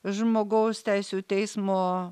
žmogaus teisių teismo